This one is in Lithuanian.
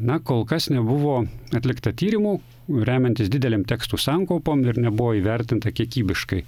na kol kas nebuvo atlikta tyrimų remiantis didelėm tekstų sankaupom ir nebuvo įvertinta kiekybiškai